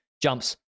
jumps